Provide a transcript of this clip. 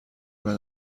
بعد